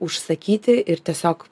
užsakyti ir tiesiog